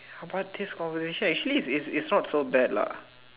but this conversation actually it's it's it's not so bad lah